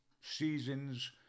seasons